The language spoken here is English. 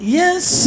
yes